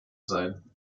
sein